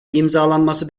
imzalanması